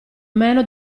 meno